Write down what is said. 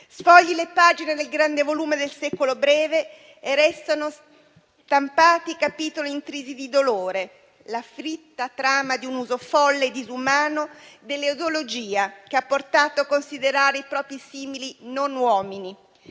Sfogli le pagine del grande volume del Secolo breve e restano stampati capitoli intrisi di dolore, la fitta trama di un uso folle e disumano dell'ideologia, che ha portato a considerare i propri simili non uomini.